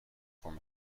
form